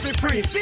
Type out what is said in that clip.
free